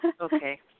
Okay